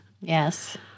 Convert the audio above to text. Yes